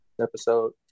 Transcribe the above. episode